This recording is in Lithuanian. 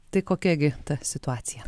tai kokia gi ta situacija